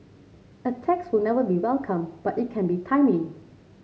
a tax will never be welcome but it can be timely